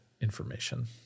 information